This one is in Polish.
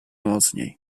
mocniej